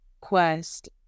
Quest